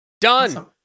Done